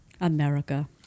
America